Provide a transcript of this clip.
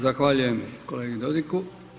Zahvaljujem kolegi Dodigu.